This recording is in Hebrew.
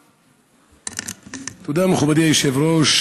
תודה, מכובדי היושב-ראש.